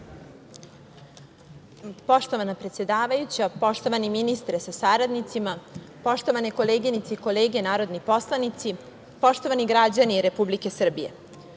Poštovana predsedavajuća, poštovani ministre sa saradnicima, poštovane koleginice i kolege narodni poslanici, poštovani građani Republike Srbije,